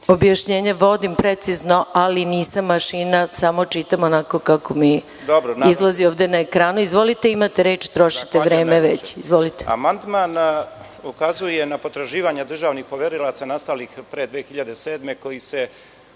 Objašnjenje. Vodim precizno, ali nisam mašina, samo čitam onako kako mi izlazi ovde na ekranu. Izvolite, imate reč, trošite vreme već. **Mirko Čikiriz** Amandman ukazuje na potraživanja državnih poverilaca nastalih pre 2007. koji se